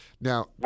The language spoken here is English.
Now